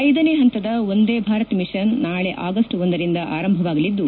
ಐದನೇ ಹಂತದ ವಂದೇ ಭಾರತ್ ಮಿಷನ್ ನಾಳೆ ಆಗಸ್ಟ್ ಒಂದರಿಂದ ಆರಂಭವಾಗಲಿದ್ದು